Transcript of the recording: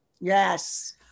Yes